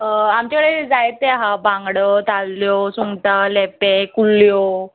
आमचे कडे जायते आहा बांगडो ताल्ल्यो सुंगटां लेपे कुल्ल्यो